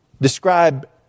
describe